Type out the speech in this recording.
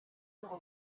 ngo